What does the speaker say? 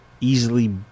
easily